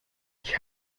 ich